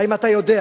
האם אתה יודע?